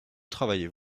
travaillez